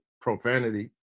profanity